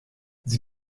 sie